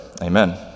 Amen